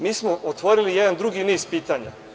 Mi smo otvorili jedan drugi niz pitanja.